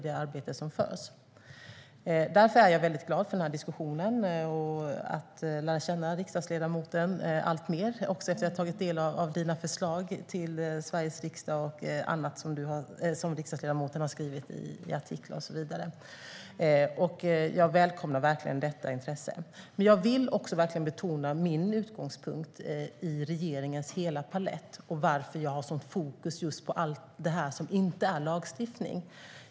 Därför är jag väldigt glad för den här diskussionen och för att lära känna riksdagsledamoten alltmer efter att ha tagit del av hans förslag till Sveriges riksdag och annat som riksdagsledamoten har skrivit i artiklar och så vidare. Jag välkomnar verkligen detta intresse. Men jag vill också verkligen betona min utgångspunkt i regeringens hela palett och varför jag har ett sådant fokus på allt det här som inte är lagstiftning.